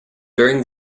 during